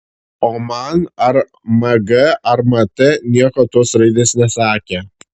o man ar mg ar mt nieko tos raidės nesakė